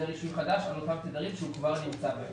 רישוי חדש על אותם תדרים שהוא כבר נמצא בהם.